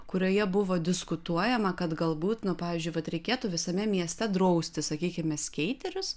kurioje buvo diskutuojama kad galbūt na pavyzdžiui vat reikėtų visame mieste drausti sakykime skeiterius